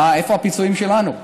איפה הפיצויים שלנו?